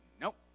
Nope